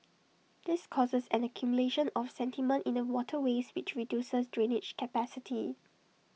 this causes an accumulation of sediment in the waterways which reduces drainage capacity